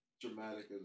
dramatic